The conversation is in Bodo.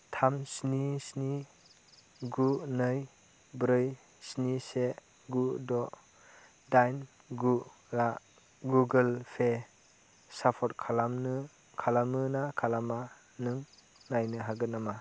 थाम स्नि स्नि गु नै ब्रै स्नि से गु द' दाइन गुआ गुगोलपे सापर्ट खालामोना खालामा नों नायनो हागोन नामा